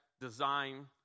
design